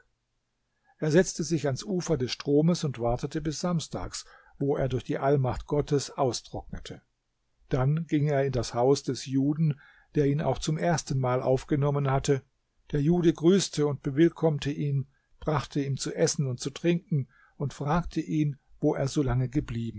er setzte sich ans ufer des stromes und wartete bis samstags wo er durch die allmacht gottes austrocknete dann ging er in das haus des juden der ihn auch zum ersten mal aufgenommen hatte der jude grüßte und bewillkommte ihn brachte ihm zu essen und zu trinken und fragte ihn wo er so lange geblieben